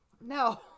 No